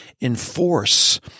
enforce